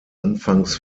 anfangs